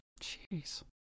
Jeez